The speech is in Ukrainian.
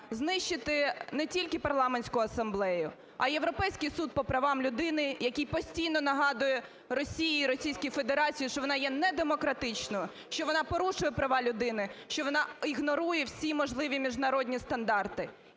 знищити не тільки Парламентську асамблею, а й Європейський суд по правам людини, який постійно нагадує Росії і Російській Федерації, що вона є недемократичною, що вона порушує права людини, що вона ігнорує всі можливі міжнародні стандарти.